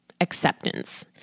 acceptance